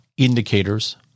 indicators